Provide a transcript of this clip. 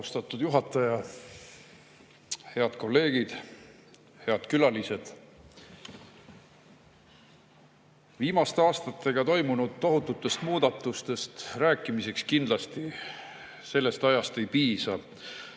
Austatud juhataja! Head kolleegid! Head külalised! Viimaste aastatega toimunud tohututest muudatustest rääkimiseks kindlasti sellest ajast ei piisa.